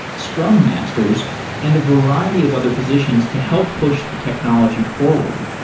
scrum masters and a variety of other positions to help push the technology forward.